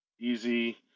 easy